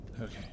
Okay